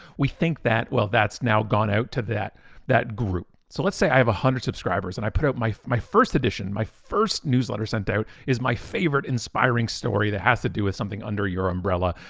we think that, well, that's now gone out to that that group. so let's say i have a one hundred subscribers and i put out my my first edition. my first newsletter sent out is my favorite inspiring story that has to do with something under your umbrella,